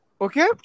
Okay